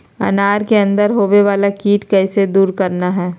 अनार के अंदर होवे वाला कीट के कैसे दूर करना है?